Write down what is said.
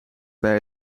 bij